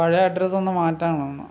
പഴയ അഡ്രസ്സൊന്നു മാറ്റണം എന്നാൽ